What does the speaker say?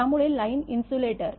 ज्यामुळे line insulator